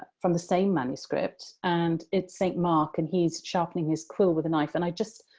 from the same manuscript, and it's st. mark and he's sharpening his quill with a knife, and i just,